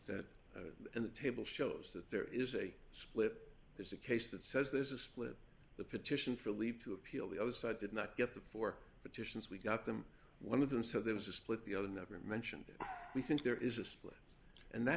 in the table shows that there is a split there's a case that says there's a split the petition for leave to appeal the other side did not get the four petitions we got them one of them so there was a split the other never mentioned we think there is a split and that